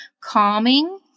calming